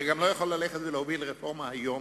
אתה גם לא יכול ללכת ולהוביל רפורמה היום,